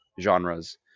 genres